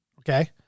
Okay